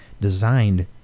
designed